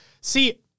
see